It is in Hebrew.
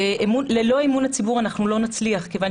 ללא אמון הציבור אנחנו לא נצליח מכיוון